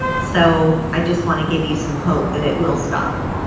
so i just want to give you some hope that it will stop.